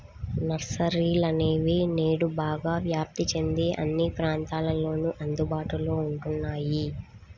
నర్సరీలనేవి నేడు బాగా వ్యాప్తి చెంది అన్ని ప్రాంతాలలోను అందుబాటులో ఉంటున్నాయి